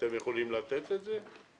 אתם יכולים לתת את זה?